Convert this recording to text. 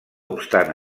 obstant